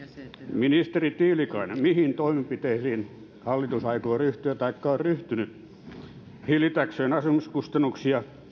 ministeri tiilikainen mihin toimenpiteisiin hallitus aikoo ryhtyä taikka on ryhtynyt hillitäkseen asumiskustannuksia